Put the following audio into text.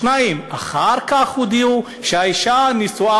2. אחר כך הודיעו שהאישה נשואה,